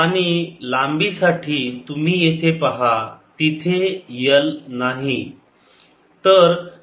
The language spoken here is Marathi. α β 1 आणि लांबी साठी तुम्ही येथे पहा तिथे L नाही